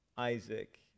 Isaac